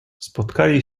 spotkali